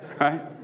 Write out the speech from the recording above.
right